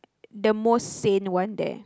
the most sane one that